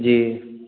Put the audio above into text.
जी